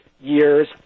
years